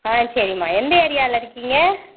ஆ சரிம்மா எந்த ஏரியாவில் இருக்கீங்க